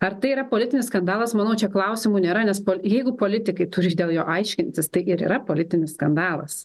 ar tai yra politinis skandalas manau čia klausimų nėra nes jeigu politikai turi dėl jo aiškintis tai ir yra politinis skandalas